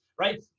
right